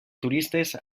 turistes